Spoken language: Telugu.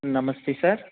నమస్తే సార్